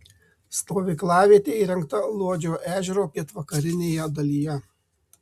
stovyklavietė įrengta luodžio ežero pietvakarinėje dalyje